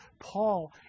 paul